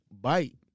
bite